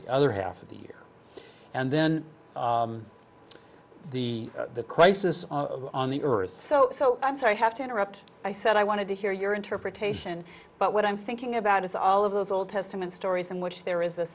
the other half of the year and then the crisis on the earth so i'm sorry i have to interrupt i said i wanted to hear your interpretation but what i'm thinking about is all of those old testament stories in which there is